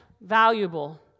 valuable